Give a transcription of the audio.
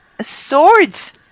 Swords